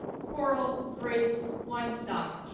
coral grace weinstock,